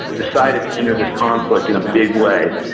decided to enter this conflict in a big way.